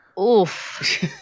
Oof